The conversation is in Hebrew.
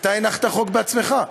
אתה הנחת חוק בעצמך.